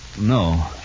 No